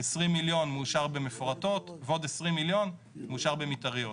20 מיליון מאושר במפורטות ועוד 20 מיליון מאושר במתאריות,